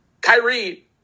Kyrie